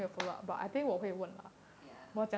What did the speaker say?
ya